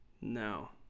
No